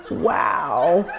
wow.